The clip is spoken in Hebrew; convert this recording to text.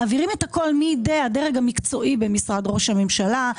מעבירים את הכול מהדרג המקצועי במשרד ראש הממשלה,